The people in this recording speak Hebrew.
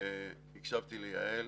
הקשבתי ליעל.